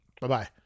Bye-bye